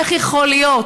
איך יכול להיות?